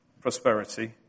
prosperity